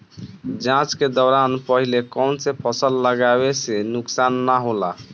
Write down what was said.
जाँच के दौरान पहिले कौन से फसल लगावे से नुकसान न होला?